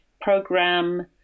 program